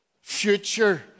future